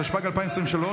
התשפ"ג 2023,